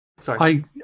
Sorry